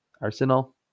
arsenal